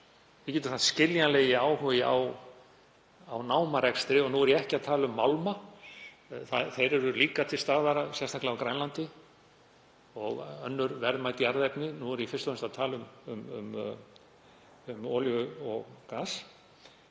á, en þessi skiljanlegi áhugi á námarekstri — nú er ég ekki að tala um málma, þeir eru líka til staðar, sérstaklega á Grænlandi, og önnur verðmæt jarðefni, nú er ég fyrst og fremst að tala um olíu og gas